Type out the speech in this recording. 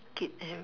keep them